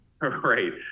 Right